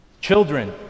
Children